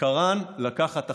עיקרן, לקחת אחריות.